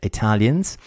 Italians